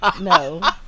No